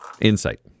insight